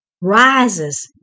rises